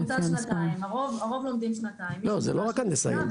זה לא רק הנדסאים.